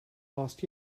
last